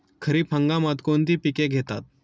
खरीप हंगामात कोणती पिके घेतात?